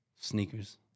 Sneakers